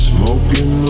Smoking